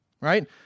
right